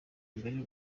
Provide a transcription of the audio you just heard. mbere